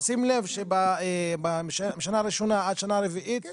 שים לב שמשנה ראשונה עד שנה רביעית, חמישית.